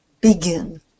begin